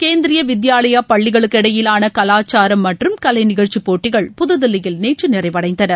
கேந்திரிய வித்யாலயா பள்ளிகளுக்கு இடையிலான கலாச்சாரம் மற்றும் கலை நிகழ்ச்சி போட்டிகள் புதுதில்லியில் நேற்று நிறைவடைந்தன